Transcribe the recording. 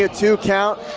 ah two count.